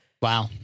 Wow